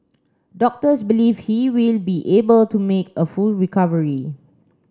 doctors believe he will be able to make a full recovery